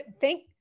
Thank